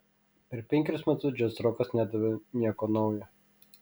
per penkerius metus džiazrokas nedavė nieko nauja